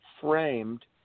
framed